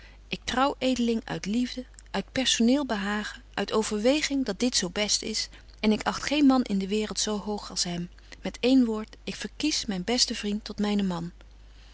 ik trouw edeling uit liefde uit personeel behagen uit overweging dat dit zo best is en ik acht geen man in de waereld zo hoog als hem met één woord ik verkies myn besten vriend tot mynen man